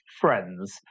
friends